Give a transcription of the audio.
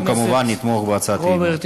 אנחנו כמובן נתמוך בהצעת האי-אמון.